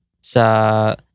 sa